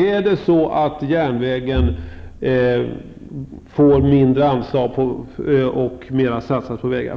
För att avvägningarna i frågor av typen huruvida järnvägen skall få mindre anslag, och i stället mera skall satsas på vägar,